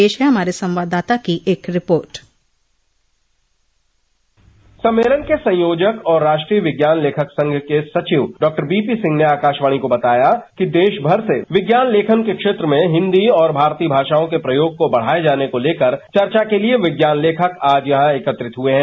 पेश है हमारे संवाददाता की एक रिपोर्ट सम्मेलन के संयोजक और राष्ट्रीय विज्ञान लेखक संघ के सचिव डाक्टर वी पी सिंह ने आकाशवाणी को बताया कि देशभर से विज्ञान लेखन के क्षेत्र में हिन्दी और भारतीय भाषाओं के प्रयोग को बढ़ाए जाने को लेकर चर्चा के लिए विज्ञान लेखक आज यहां एकत्रित हुए हैं